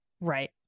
Right